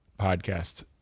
podcast